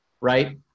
Right